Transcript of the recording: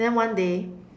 then one day